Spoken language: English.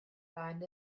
find